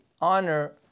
honor